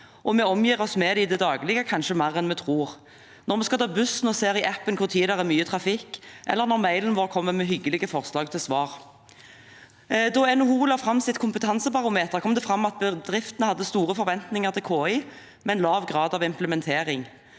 vi omgir oss med det i det daglige, kanskje mer enn vi tror – når vi skal ta buss og ser i appen når det er mye trafikk, eller når e-mailen kommer med forslag til hyggelige svar. Da NHO la fram sitt kompetansebarometer, kom det fram at bedriftene hadde store forventninger til KI, men lav grad av implementering.